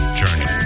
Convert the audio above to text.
journey